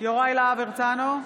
יוראי להב הרצנו,